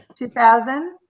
2000